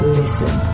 listen